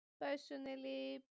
Personally